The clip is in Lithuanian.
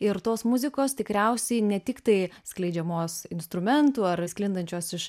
ir tos muzikos tikriausiai ne tiktai skleidžiamos instrumentų ar sklindančios iš